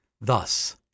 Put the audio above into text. Thus